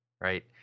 right